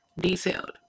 detailed